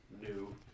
new